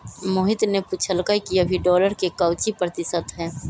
मोहित ने पूछल कई कि अभी डॉलर के काउची प्रतिशत है?